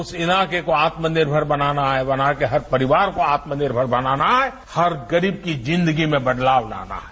उस इलाके को आत्मनिर्भर बनाना है वहां के हर परिवार को आत्मनिर्भर बनाना है हर गरीब की जिंदगी में बदलाव लाना है